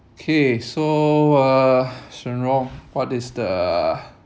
K so uh shen rong what is the